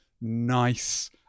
nice